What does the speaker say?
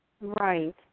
Right